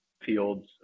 fields